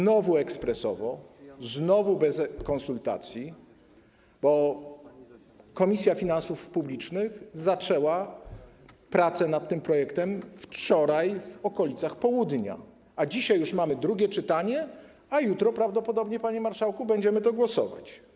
Znowu ekspresowo, znowu bez konsultacji, bo Komisja Finansów Publicznych zaczęła prace nad tym projektem wczoraj około południa, dzisiaj już mamy drugie czytanie, a jutro prawdopodobnie, panie marszałku, będziemy nad tym głosować.